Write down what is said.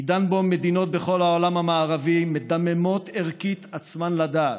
בעידן שבו מדינות בכל העולם המערבי מדממות ערכית עצמן לדעת,